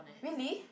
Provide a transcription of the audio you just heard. really